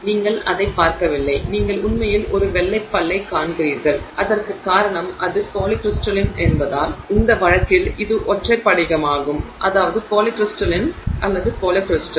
நீங்கள் அதைப் பார்க்கவில்லை நீங்கள் உண்மையில் ஒரு வெள்ளை பல்லைக் காண்கிறீர்கள் அதற்குக் காரணம் அது பாலிகிரிஸ்டலின் என்பதால் இந்த வழக்கில் இது ஒற்றை படிகமாகும் அதாவது பாலிகிரிஸ்டலின் பாலிகிரிஸ்டல்